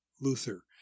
luther